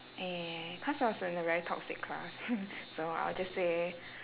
eh cause I was in a very toxic class so I'll just say